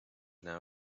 now